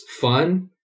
fun